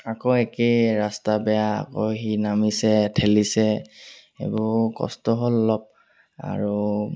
আকৌ একেই ৰাস্তা বেয়া আকৌ সি নামিছে ঠেলিছে সেইবোৰ কষ্ট হ'ল অলপ আৰু